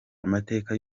amateka